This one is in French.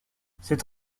cette